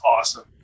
awesome